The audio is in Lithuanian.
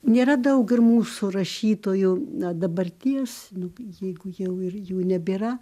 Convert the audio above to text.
nėra daug ir mūsų rašytojų na dabarties jeigu jau ir jų nebėra